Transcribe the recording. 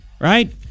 right